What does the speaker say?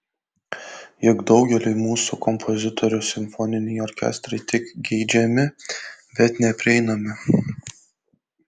juk daugeliui mūsų kompozitorių simfoniniai orkestrai tik geidžiami bet neprieinami